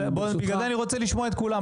בשביל זה אני רוצה לשמוע את כולם.